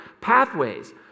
Pathways